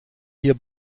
hier